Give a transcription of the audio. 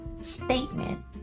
statement